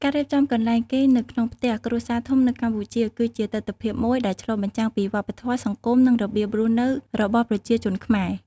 ការរៀបចំកន្លែងគេងនៅក្នុងផ្ទះគ្រួសារធំនៅកម្ពុជា គឺជាទិដ្ឋភាពមួយដែលឆ្លុះបញ្ចាំងពីវប្បធម៌ សង្គម និងរបៀបរស់នៅរបស់ប្រជាជនខ្មែរ។